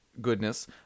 goodness